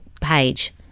page